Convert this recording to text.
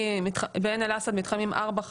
בעין אל-אסד מתחמים ארבע,